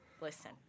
Listen